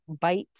bites